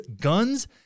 guns